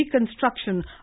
reconstruction